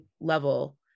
level